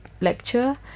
lecture